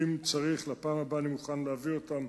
אם צריך, לפעם הבאה אני מוכן להביא אותם.